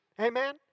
Amen